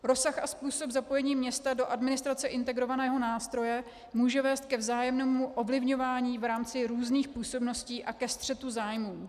Rozsah a způsob zapojení města do administrace integrovaného nástroje může vést ke vzájemnému ovlivňování v rámci různých působností a ke střetu zájmů.